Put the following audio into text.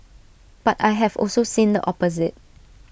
but I have also seen the opposite